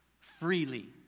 Freely